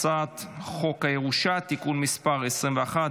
הצעת חוק הירושה (תיקון מס' 21),